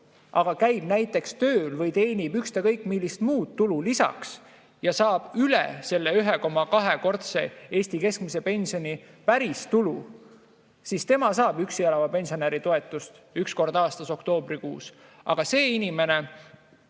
aga käib näiteks tööl või teenib ükskõik millist muud tulu lisaks ja saab üle selle 1,2‑kordse Eesti keskmise pensioni päris tulu, siis tema saab üksi elava pensionäri toetust üks kord aastas, oktoobrikuus. Aga see inimene,